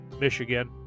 Michigan